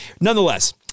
nonetheless